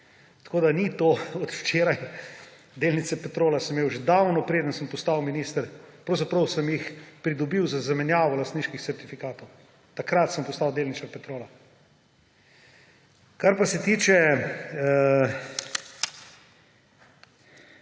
tako da ni to od včeraj, delnice Petrola sem imel že davno, preden sem postal minister, pravzaprav sem jih pridobil z zamenjavo lastniških certifikatov, takrat sem postal delničar Petrola. Kar pa se tiče